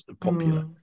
popular